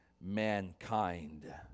mankind